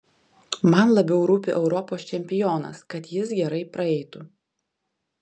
man labiau rūpi europos čempionas kad jis gerai praeitų